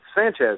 Sanchez